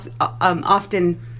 often